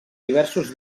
diversos